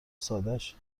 سادش